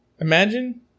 Imagine